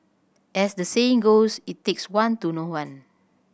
as the saying goes it takes one to know one